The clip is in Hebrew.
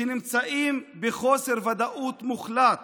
שנמצאים בחוסר ודאות מוחלט